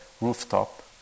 rooftop